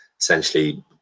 essentially